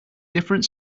different